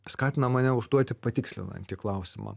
skatina mane užduoti patikslinantį klausimą